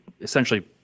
essentially